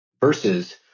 versus